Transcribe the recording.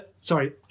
Sorry